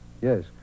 Yes